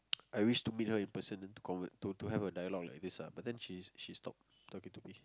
I wish to meet her in person then to convert to have a dialogue like this but then she she stopped talking today